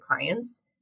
clients